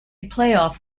playoff